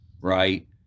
Right